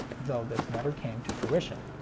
though this never came to fruition.